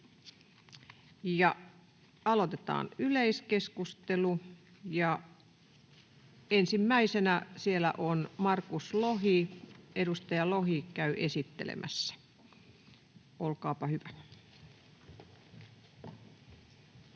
Aloitetaan yleiskeskustelu. Ensimmäisenä siellä on Markus Lohi, joka käy esittelemässä. Olkaapa hyvä.